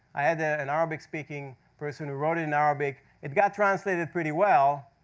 i had ah an arabic speaking person who wrote it in arabic. it got translated pretty well.